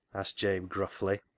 asked jabe gruffly.